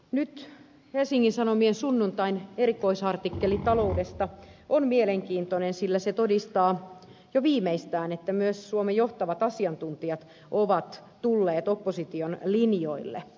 nyt helsingin sanomien sunnuntain erikoisartikkeli taloudesta on mielenkiintoinen sillä se todistaa jo viimeistään että myös suomen johtavat asiantuntijat ovat tulleet opposition linjoille